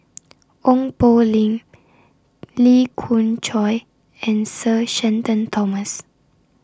Ong Poh Lim Lee Khoon Choy and Sir Shenton Thomas